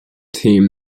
team